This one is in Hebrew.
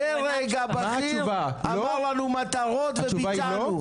הדרג הבכיר אמר לנו מטרות, וביצענו.